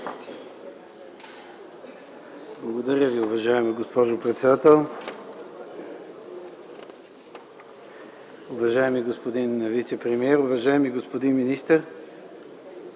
Благодаря, уважаема госпожо председател. Уважаеми господин вицепремиер, уважаеми господин министър,